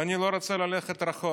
ואני לא רוצה ללכת רחוק.